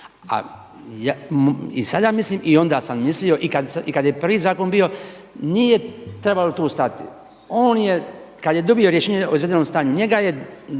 I sada mislim i onda sam mislio i kada je prvi zakon bio nije trebalo tu stajati. On je kada je dobio rješenje o izvedenom stanju, njega je